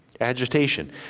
agitation